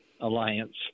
alliance